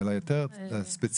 להיות יותר ספציפיים